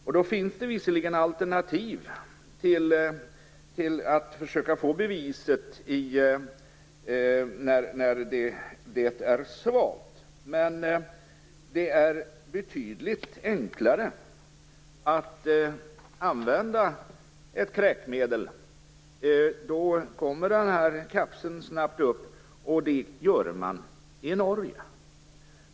Det finns visserligen alternativ till att försöka få beviset när det är svalt, men det är betydligt enklare att använda ett kräkmedel; då kommer den här kapseln snabbt upp. Detta gör man i Norge.